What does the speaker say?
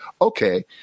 okay